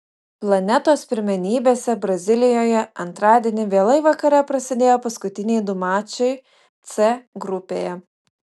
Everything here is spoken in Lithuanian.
planetos pirmenybėse brazilijoje antradienį vėlai vakare prasidėjo paskutiniai du mačai c grupėje